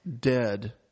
Dead